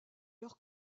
leur